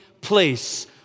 place